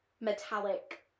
metallic